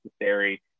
necessary